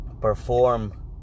Perform